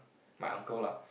my uncle lah